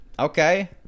Okay